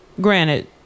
granted